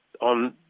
on